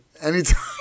anytime